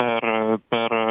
per per